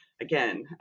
again